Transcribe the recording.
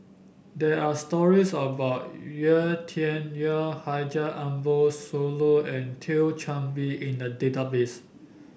there are stories about Yau Tian Yau Haji Ambo Sooloh and Thio Chan Bee in the database